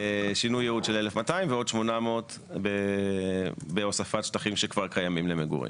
שינוי ייעוד של 1,200 ועוד 800 בהוספת שטחים שכבר קיימים למגורים.